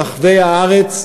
בכל רחבי הארץ,